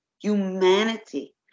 humanity